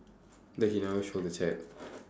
that he never show the chat